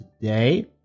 today